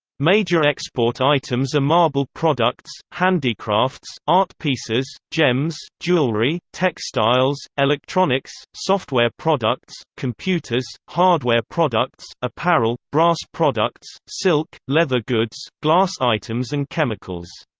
major export items are marble products, handicrafts, art pieces, gems, jewellery, textiles, electronics, software products, computers, hardware products, apparel, brass products, silk, leather goods, glass items and chemicals.